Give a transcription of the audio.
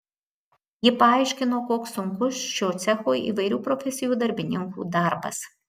ji paaiškino koks sunkus šio cecho įvairių profesijų darbininkų darbas